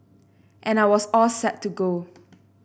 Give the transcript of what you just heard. and I was all set to go